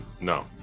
No